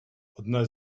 одна